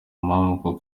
mpamvu